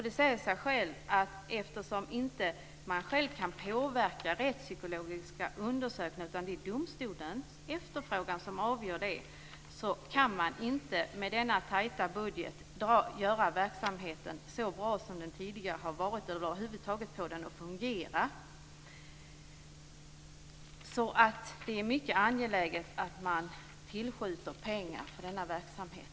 Det säger sig självt att man, eftersom man inte själv kan påverka detta med de rättspsykologiska undersökningarna utan att det är domstolarnas efterfrågan som avgör, inte med denna tajta budget kan göra verksamheten så bra som den tidigare har varit eller över huvud taget få den att fungera. Därför är det mycket angeläget att man tillskjuter pengar för denna verksamhet.